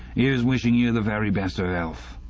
ere's wishing you the very best of ealth!